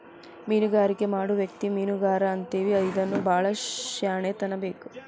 ಮೇನುಗಾರಿಕೆ ಮಾಡು ವ್ಯಕ್ತಿಗೆ ಮೇನುಗಾರಾ ಅಂತೇವಿ ಇದಕ್ಕು ಬಾಳ ಶ್ಯಾಣೆತನಾ ಬೇಕ